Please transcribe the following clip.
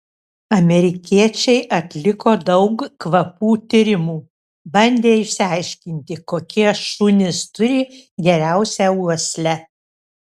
amerikiečiai atliko daug kvapų tyrimų bandė išsiaiškinti kokie šunys turi geriausią uoslę